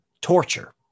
torture